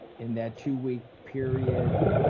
in that two-week period.